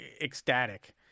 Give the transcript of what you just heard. ecstatic